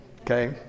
Okay